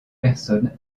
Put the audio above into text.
personne